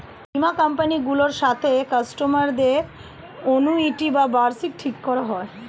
বীমা কোম্পানি গুলোর সাথে কাস্টমার দের অ্যানুইটি বা বার্ষিকী ঠিক করা হয়